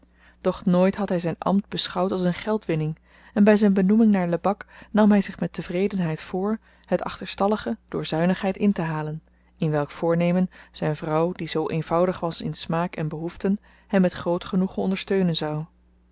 doch nooit had hy zyn ambt beschouwd als een geldwinning en by zyn benoeming naar lebak nam hy zich met tevredenheid voor het achterstallige door zuinigheid intehalen in welk voornemen zyn vrouw die zoo eenvoudig was in smaak en behoeften hem met groot genoegen ondersteunen zou